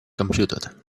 computed